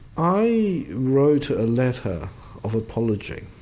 i wrote a letter of apology.